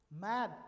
mad